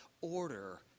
order